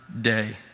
day